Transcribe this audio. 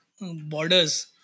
borders